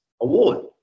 award